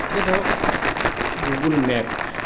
এতিয়া ধৰক Google map